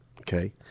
Okay